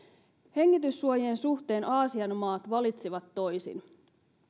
hengityssuojien suhteen aasian maat valitsivat toisin